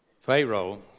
Pharaoh